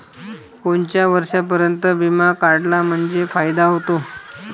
कोनच्या वर्षापर्यंत बिमा काढला म्हंजे फायदा व्हते?